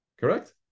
Correct